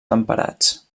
temperats